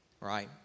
right